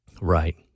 Right